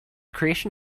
creation